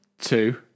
Two